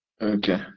Okay